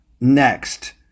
next